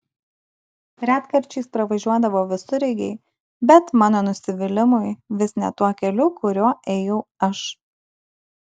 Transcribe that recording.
retkarčiais pravažiuodavo visureigiai bet mano nusivylimui vis ne tuo keliu kuriuo ėjau aš